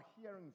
hearing